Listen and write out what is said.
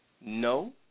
no